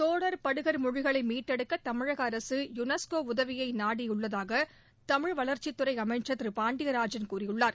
தோடர் படுகர் மொழிகளை மீட்டெடுக்க தமிழக அரசு யுனெஸ்கோ உதவியை நாடியுள்ளதாக தமிழ் வளர்ச்சித் துறை அமைச்சர் திரு பாண்டியராஜன் கூறியுள்ளார்